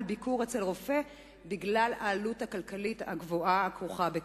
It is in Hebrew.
ביקור אצל רופא בגלל העלות הכלכלית הכרוכה בכך,